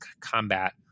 combat